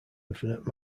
infinite